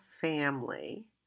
family